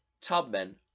Tubman